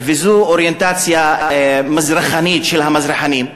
וזו אוריינטציה מזרחנית, של המזרחנים,